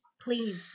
Please